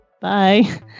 Bye